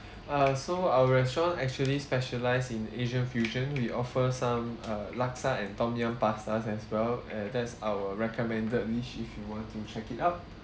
uh so our restaurant actually specialize in asian fusion we offer some uh laksa and tom yum pastas as well and that's our recommended dish if you want to check it out